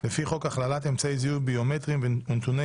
לפי חוק הכללת אמצעי זיהוי ביומטריים ונתוני